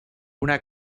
una